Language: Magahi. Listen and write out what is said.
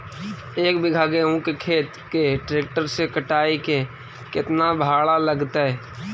एक बिघा गेहूं के खेत के ट्रैक्टर से कटाई के केतना भाड़ा लगतै?